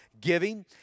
giving